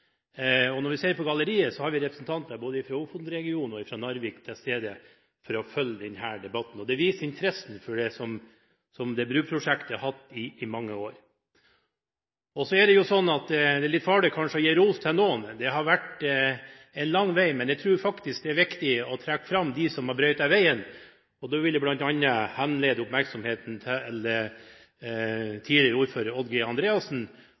kveld. Når vi ser opp på galleriet, ser vi at representanter både fra Ofoten-regionen og fra Narvik er til stede for å følge denne debatten. Det viser den interessen man har hatt for dette bruprosjektet i mange år. Det er kanskje litt farlig å gi noen ros. Det har vært en lang vei å gå. Men jeg tror faktisk det er viktig å trekke fram de som har brøytet veien, og da vil jeg bl.a. henlede oppmerksomheten mot tidligere ordfører Odd G. Andreassen